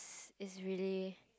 is really